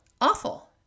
awful